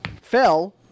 fell